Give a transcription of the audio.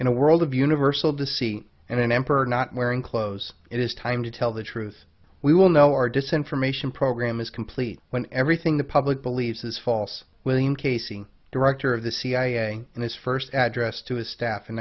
in a world of universal deceit and an emperor not wearing clothes it is time to tell the truth we will know our descent from ation program is complete when everything the public believes is false william casing director of the cia and his first address to his staff in